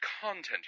content